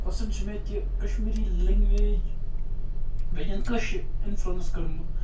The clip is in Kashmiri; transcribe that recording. کوٚسچن چھُ مےٚ کہِ کَشمیٖری لینٛگویج اِنفُلنس کوٚرمُت